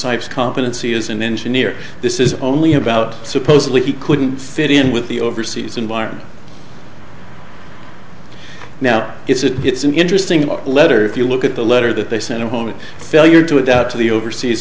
sikes competency as an engineer this is only about supposedly he couldn't fit in with the overseas environment now it's an interesting letter if you look at the letter that they sent home a failure to a doubt to the overseas